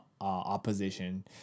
opposition